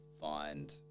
find